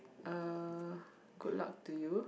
uh good luck to you